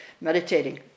meditating